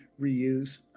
reuse